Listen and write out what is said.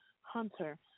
Hunter